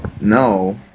No